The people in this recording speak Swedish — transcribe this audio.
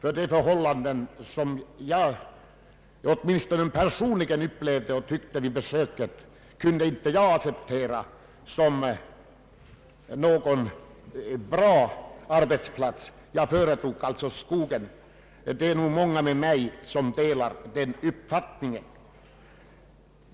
Arbetsförhållandena vid den gruva jag besökte var nämligen så dana att jag inte kunde acceptera gruvan som en bra arbetsplats. Jag föredrog alltså skogen. Det är nog många som delar denna min uppfattning. Herr talman!